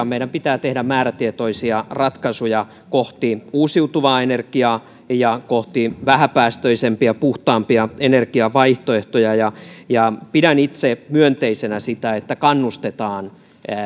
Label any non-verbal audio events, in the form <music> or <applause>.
<unintelligible> meidän pitää tehdä määrätietoisia ratkaisuja kohti uusiutuvaa energiaa ja kohti vähäpäästöisempiä puhtaampia energiavaihtoehtoja pidän itse myönteisenä sitä että kannustetaan